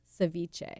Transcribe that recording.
ceviche